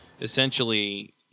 essentially